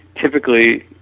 typically